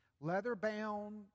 leather-bound